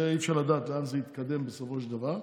ואי-אפשר לדעת לאן זה יתקדם בסופו של דבר,